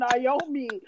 Naomi